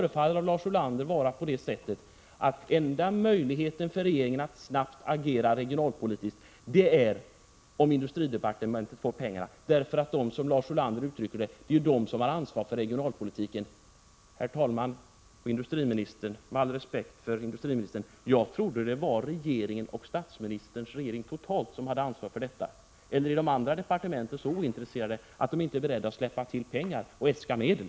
Enligt Lars Ulander förefaller det som om den enda möjligheten för regeringen att snabbt agera regionalpolitiskt är om industridepartementet får pengarna, eftersom industridepartementet, som Lars Ulander uttrycker det, har ansvaret för regionalpolitiken. Herr talman, och industriministern, med all respekt för industriministern trodde jag att det var statsministern och Övriga i regeringen som hade det totala ansvaret för detta, eller är de andra departementen så ointresserade att de inte är beredda att släppa till pengar och äska medel?